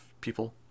people